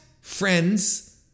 friends